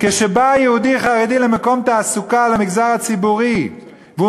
כשבא יהודי חרדי למקום תעסוקה במגזר הציבורי והוא